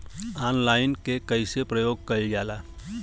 Online के कइसे प्रयोग कइल जाला?